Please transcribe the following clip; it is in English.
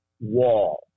wall